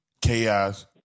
Chaos